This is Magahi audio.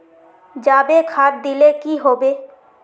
जाबे खाद दिले की होबे?